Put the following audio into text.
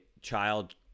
child